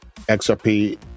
XRP